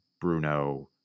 Bruno